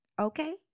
okay